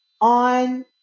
on